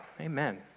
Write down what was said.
Amen